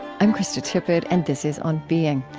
i'm krista tippett, and this is on being,